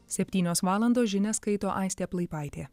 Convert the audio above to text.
septynios valandos žinias skaito aistė plaipaitė